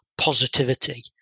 Positivity